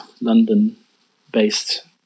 London-based